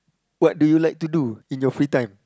what do you like to do in your free time